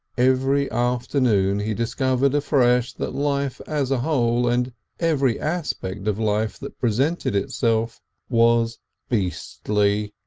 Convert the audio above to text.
every afternoon he discovered afresh that life as a whole and every aspect of life that presented itself was beastly.